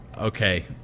okay